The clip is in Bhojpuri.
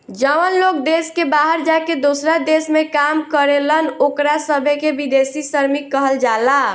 जवन लोग देश के बाहर जाके दोसरा देश में काम करेलन ओकरा सभे के विदेशी श्रमिक कहल जाला